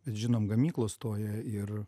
žinom gamyklos stoja ir